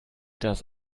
das